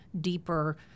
deeper